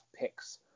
picks